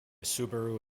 subaru